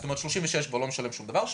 זאת אומרת 36 כבר לא משלם שום דבר,